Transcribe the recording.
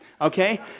Okay